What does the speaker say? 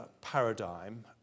paradigm